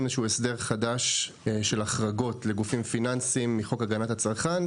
איזשהו הסדר חדש של החרגות לגופים פיננסיים מחוק הגנת הצרכן,